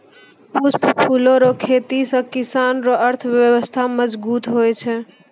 पुष्प फूलो रो खेती से किसान रो अर्थव्यबस्था मजगुत हुवै छै